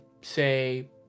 say